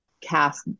cast